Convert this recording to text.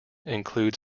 includes